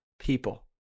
people